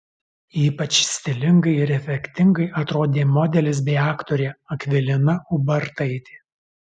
ypač stilingai ir efektingai atrodė modelis bei aktorė akvilina ubartaitė